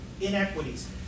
inequities